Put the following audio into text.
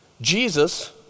Jesus